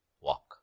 walk